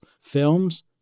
films